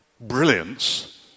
brilliance